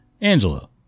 Angela